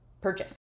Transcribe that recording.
purchase